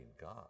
God